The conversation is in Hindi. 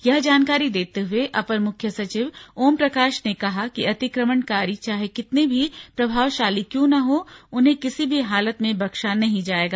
यह जानकारी देते हए अपर मुख्य सचिव ओमप्रकाश ने कहा कि अतिक्रमणकारी चाहे कितने भी प्रभावशाली क्यों न हों उन्हें किसी भी हालत में बख्शा नहीं जाएगा